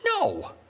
No